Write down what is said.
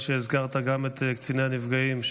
על שהזכרת גם את קציני הנפגעים,